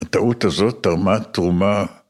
‫הטעות הזאת תרמה תרומה.